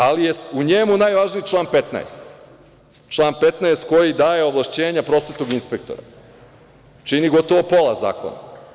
Ali, u njemu je najvažniji član 15. koji daje ovlašćenja prosvetnog inspektora i čini gotovo pola zakona.